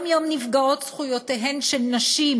יום-יום נפגעות זכויותיהן של נשים